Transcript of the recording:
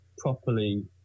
Properly